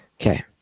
Okay